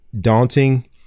daunting